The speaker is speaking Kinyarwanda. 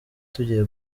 tugiye